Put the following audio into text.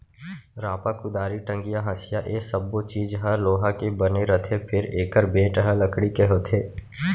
रांपा, कुदारी, टंगिया, हँसिया ए सब्बो चीज ह लोहा के बने रथे फेर एकर बेंट ह लकड़ी के होथे